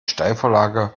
steilvorlage